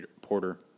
porter